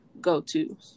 go-to